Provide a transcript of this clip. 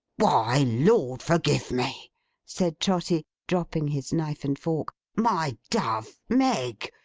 why, lord forgive me said trotty, dropping his knife and fork. my dove! meg!